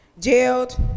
jailed